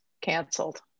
canceled